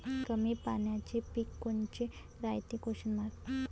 कमी पाण्याचे पीक कोनचे रायते?